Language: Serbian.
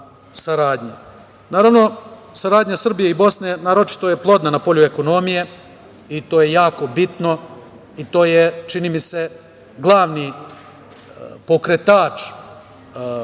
saradnje. Naravno, saradnja Srbije i Bosne naročito je plodna na polju ekonomije i to je jako bitno i to je čini mi se glavni pokretač